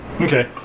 Okay